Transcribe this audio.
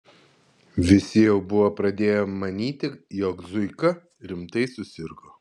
visi jau buvo pradėję manyti jog zuika rimtai susirgo